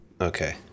Okay